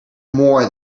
more